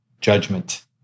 judgment